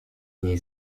niej